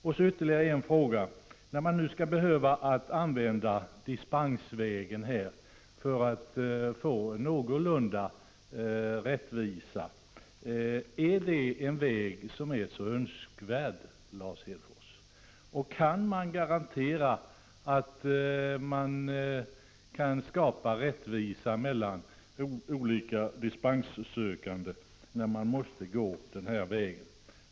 Jag har ytterligare några frågor. När man nu skall behöva använda dispenser för att få någorlunda rättvisa, är det en väg som är önskvärd, Lars Hedfors? Kan man garantera att rättvisa kan skapas mellan olika dispenssökande, när man måste gå den här vägen?